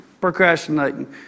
procrastinating